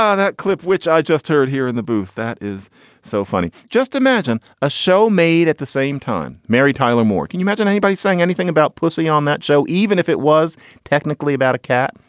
ah that clip which i just heard here in the booth. that is so funny. just imagine a show made at the same time. mary tyler moore. can you imagine anybody saying anything about pussy on that show, even if it was technically about a cat?